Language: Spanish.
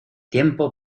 tiempo